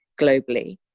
globally